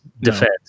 defense